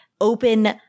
open